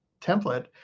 template